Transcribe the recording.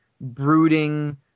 brooding